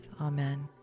Amen